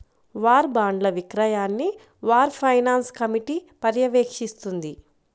war బాండ్ల విక్రయాన్ని war finance committee పర్యవేక్షిస్తుంది